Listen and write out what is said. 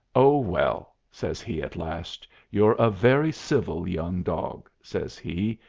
oh, well, says he at last, you're a very civil young dog, says he,